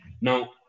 Now